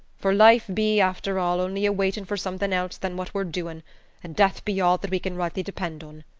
for life be, after all, only a waitin' for somethin' else than what we're doin' and death be all that we can rightly depend on.